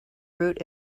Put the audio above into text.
route